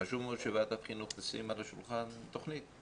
חשוב מאוד שוועדת החינוך תשים על השולחן תוכנית,